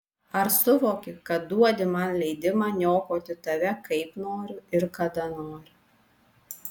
ar suvoki kad duodi man leidimą niokoti tave kaip noriu ir kada noriu